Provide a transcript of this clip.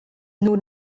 nur